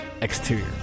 Exterior